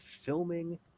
filming